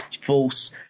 false